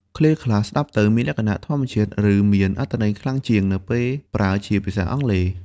ឃ្លាខ្លះស្តាប់ទៅមានលក្ខណៈធម្មជាតិ ឬមានអត្ថន័យខ្លាំងជាង នៅពេលប្រើជាភាសាអង់គ្លេស។